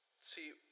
See